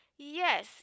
Yes